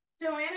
Joanna